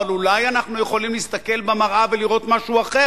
אבל אולי אנחנו יכולים להסתכל במראה ולראות משהו אחר,